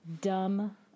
dumb